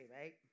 right